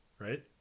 right